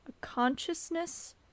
consciousness